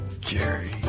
Jerry